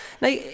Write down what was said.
Now